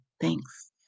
Thanks